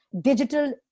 digital